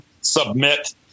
submit